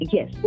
Yes